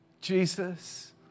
Jesus